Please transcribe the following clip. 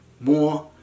more